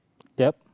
yup